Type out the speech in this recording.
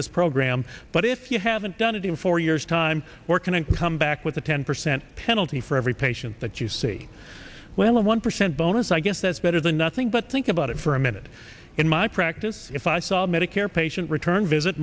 this program but if you haven't done it in four years time we're going to come back with a ten percent penalty for every patient that you see well a one percent bonus i guess that's better than nothing but think about it for a minute in my practice if i saw a medicare patient return visit